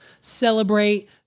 Celebrate